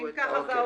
אם כך,